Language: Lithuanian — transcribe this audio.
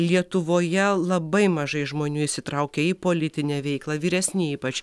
lietuvoje labai mažai žmonių įsitraukia į politinę veiklą vyresni ypač